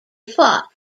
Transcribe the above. fought